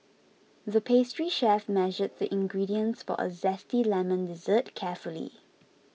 the pastry chef measured the ingredients for a Zesty Lemon Dessert carefully